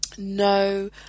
no